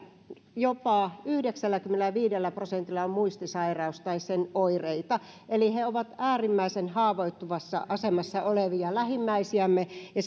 jopa yhdeksälläkymmenelläviidellä prosentilla on muistisairaus tai sen oireita eli he ovat äärimmäisen haavoittuvassa asemassa olevia lähimmäisiämme ja